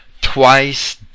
twice